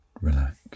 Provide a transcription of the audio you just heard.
relax